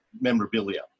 memorabilia